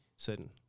Certain